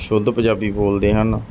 ਸ਼ੁੱਧ ਪੰਜਾਬੀ ਬੋਲਦੇ ਹਨ